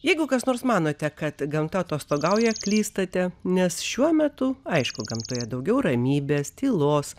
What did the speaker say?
jeigu kas nors manote kad gamta atostogauja klystate nes šiuo metu aišku gamtoje daugiau ramybės tylos